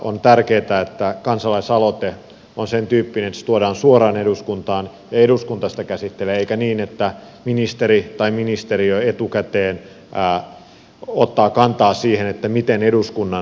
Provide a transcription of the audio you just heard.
on tärkeätä että kansalaisaloite on sentyyppinen että se tuodaan suoraan eduskuntaan ja eduskunta sitä käsittelee eikä niin että ministeri tai ministeriö etukäteen ottaa kantaa siihen miten eduskunnan pitäisi toimia